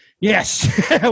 Yes